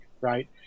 right